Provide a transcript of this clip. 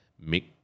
make